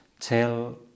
tell